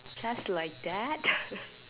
just like that